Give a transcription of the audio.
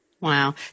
Wow